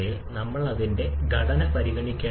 വീണ്ടും അത് ഒരു ഘട്ടത്തിൽ അവസാനിക്കും 4 '